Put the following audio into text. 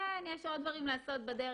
כן יש עוד דברים לעשות בדרך